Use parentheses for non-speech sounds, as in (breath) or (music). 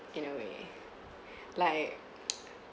in a way (breath) like